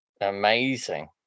amazing